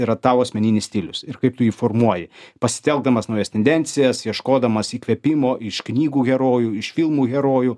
yra tavo asmeninis stilius ir kaip tu jį formuoji pasitelkdamas naujas tendencijas ieškodamas įkvėpimo iš knygų herojų iš filmų herojų